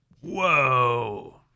Whoa